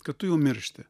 kad tu jau miršti